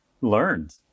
learned